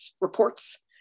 reports